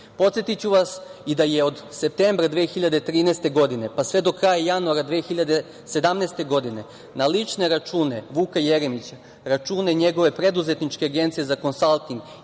Jeremić. Podsetiću vas i da je od septembra 2013. godine pa sve do kraja januara 2017. godine na lične račune Vuka Jeremića, račune njegove Preduzetničke agencije za konsalting i